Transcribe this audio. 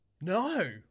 No